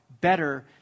better